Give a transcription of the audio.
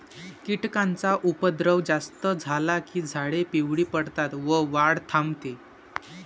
कीटकांचा उपद्रव जास्त झाला की झाडे पिवळी पडतात व वाढ थांबते